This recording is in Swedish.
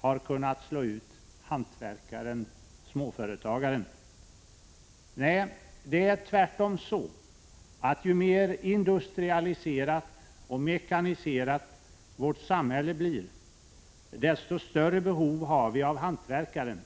har kunnat slå ut hantverkaren-småföretagaren. Nej, det är tvärtom så att ju mer industrialiserat och mekaniserat vårt samhälle blir, desto större behov har vi av hantverkaren.